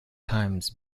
times